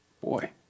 Boy